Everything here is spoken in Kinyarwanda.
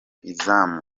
izamu